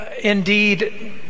indeed